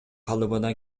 калыбына